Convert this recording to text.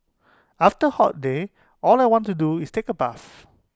after A hot day all I want to do is take A bath